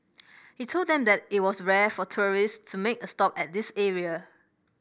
he told them that it was rare for tourists make a stop at this area